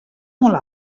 molt